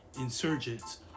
insurgents